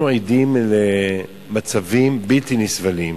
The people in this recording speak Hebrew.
אנחנו עדים למצבים בלתי נסבלים,